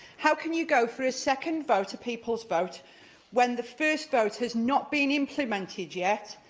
how can you go for a second vote a people's vote when the first vote has not been implemented yet?